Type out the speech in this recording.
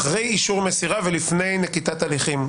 אחרי אישור מסירה ולפני נקיטת הליכים,